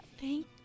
Thank